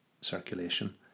circulation